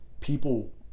people